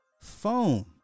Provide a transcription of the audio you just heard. phone